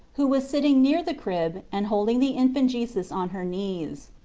who was sitting near the crib and holding the infant jesus on her knees.